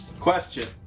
Question